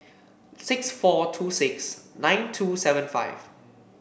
six four two six nine two seven five